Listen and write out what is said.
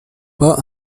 pas